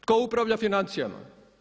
Tko upravlja financijama?